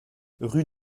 rue